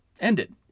ended